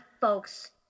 folks